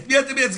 את מי אתם מיצגים,